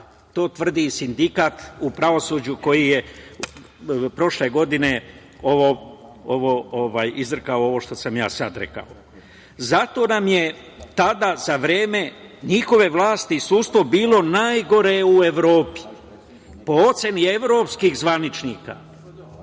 to tvrdi i sindikat u pravosuđu, koji je prošle godine ovo izrekao ovo, što sam sada ja rekao. Zato nam je tada, za vreme njihove vlasti, sudstvo bilo najgore u Evropi, po oceni evropskih zvaničnika.